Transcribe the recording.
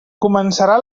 començarà